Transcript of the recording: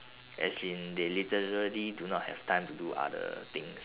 as in they literally do not have time to do other things